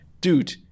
dude